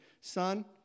son